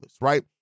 right